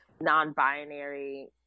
non-binary